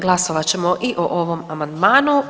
Glasovat ćemo i o ovom amandmanu.